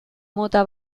mota